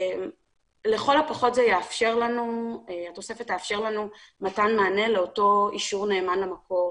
לכל הפחות התוספת תאפשר לנו מתן מענה לאותו אישור נאמן למקור,